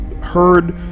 heard